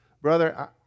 Brother